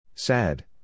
Sad